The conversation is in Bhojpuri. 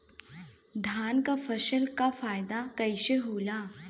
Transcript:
धान क फसल क फायदा कईसे होला?